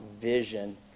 vision